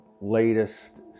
latest